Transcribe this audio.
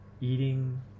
eating